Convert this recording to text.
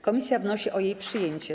Komisja wnosi o jej przyjęcie.